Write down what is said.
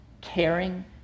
caring